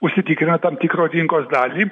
užsitikrina tam tikro rinkos dalį